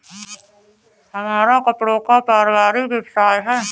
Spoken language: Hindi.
हमारा कपड़ों का पारिवारिक व्यवसाय है